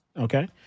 Okay